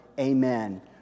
Amen